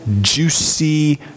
juicy